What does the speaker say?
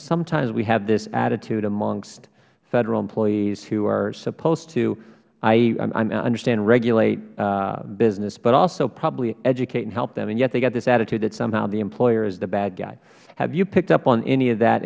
sometimes we have this attitude amongst federal employees who are supposed to i understand regulate business but also probably educate and help them and yet they have this attitude that somehow the employer is the bad guy have you picked up on any of that